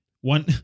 one